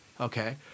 Okay